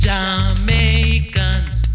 Jamaicans